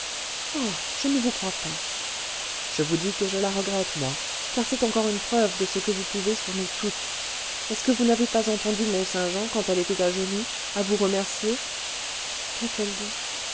je ne vous crois pas je vous dis que je la regrette moi car c'est encore une preuve de ce que vous pouvez sur nous toutes est-ce que vous n'avez pas entendu mont-saint-jean quand elle était à genoux à vous remercier